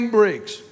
breaks